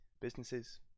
Businesses